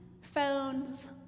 phones